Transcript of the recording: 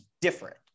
different